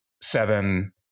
seven